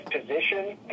position